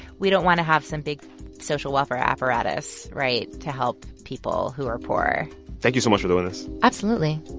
we don't want to have some big social welfare apparatus right? to help people who are poor thank you so much for doing this absolutely